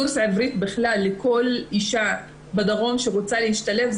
קורס עברית בכלל לכל אישה בדרום שרוצה להשתלב.